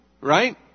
Right